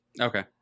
Okay